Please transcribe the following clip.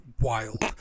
wild